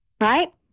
Right